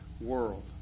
world